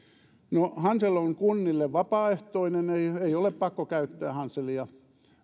no hansel on kunnille vapaaehtoinen ei ole pakko käyttää hanselia